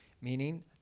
meaning